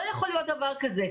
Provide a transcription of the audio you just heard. לא יכול להיות דבר כזה.